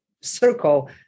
circle